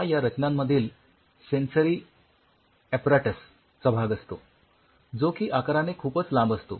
हा या रचनांमधील सेन्सरी ऍपराटस चा भाग असतो जो की आकाराने खूपच लांब असतो